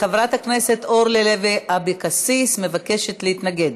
חברת הכנסת אורלי לוי אבקסיס מבקשת להתנגד.